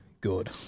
good